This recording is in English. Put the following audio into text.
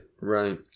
Right